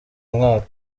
umwaka